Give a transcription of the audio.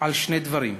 על שני דברים: